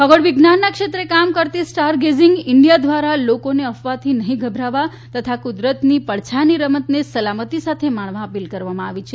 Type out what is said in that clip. ખગોળ વિજ્ઞાનના ક્ષેત્રે કામ કરતી સ્ટારગેઝીંગ ઇન્ડિયા દ્વારા લોકોને અફવાથી નહિ ગભરાવા તથા કુદરતની પડછાયાની રમતને સલામતી સાથે માણવા અપીલ કરવામાં આવી છે